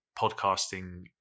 podcasting